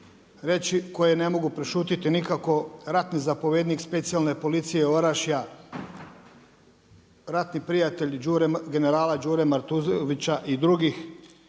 reći, koji ne mogu prešutjeti nikako, ratni zapovjednik specijalne policije Orašja, ratni prijatelj generala Đure Matuzović, i drugih